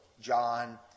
John